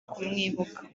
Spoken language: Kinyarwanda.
kumwibuka